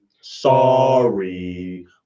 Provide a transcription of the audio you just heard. sorry